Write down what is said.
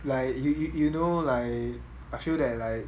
like you you you know like I feel that like